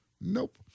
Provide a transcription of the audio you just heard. Nope